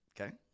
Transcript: Okay